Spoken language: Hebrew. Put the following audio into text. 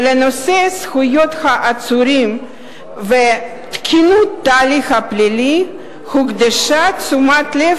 ולנושא זכויות העצירים ותקינות ההליך הפלילי הוקדשה תשומת לב